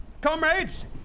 comrades